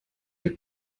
your